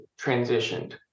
transitioned